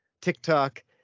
TikTok